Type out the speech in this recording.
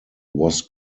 was